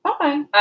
Okay